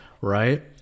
right